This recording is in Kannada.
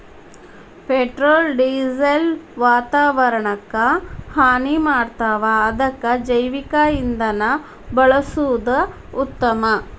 ಪೆಟ್ರೋಲ ಡಿಸೆಲ್ ವಾತಾವರಣಕ್ಕ ಹಾನಿ ಮಾಡ್ತಾವ ಅದಕ್ಕ ಜೈವಿಕ ಇಂಧನಾ ಬಳಸುದ ಉತ್ತಮಾ